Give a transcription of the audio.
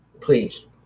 please